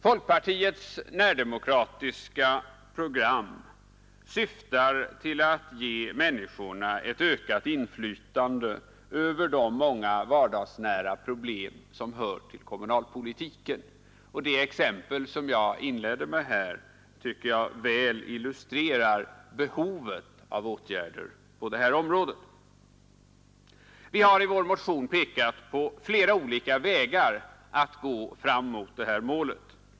Folkpartiets närdemokratiska program syftar till att ge människorna ett ökat inflytande på de många vardagsnära problem som hör till kommunalpolitiken, och det exempel som jag inledde med här tycker jag väl illustrerar behovet av åtgärder på detta område. Vi har i vår motion pekat på flera olika vägar att gå framåt mot detta mål.